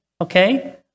okay